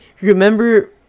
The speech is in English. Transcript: remember